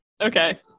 okay